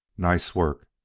nice work!